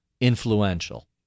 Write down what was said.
influential